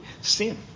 Sin